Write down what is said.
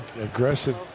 Aggressive